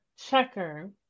checker